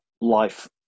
life